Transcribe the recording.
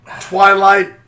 Twilight